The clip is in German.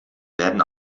werden